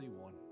one